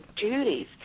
duties